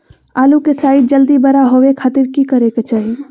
आलू के साइज जल्दी बड़ा होबे खातिर की करे के चाही?